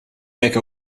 make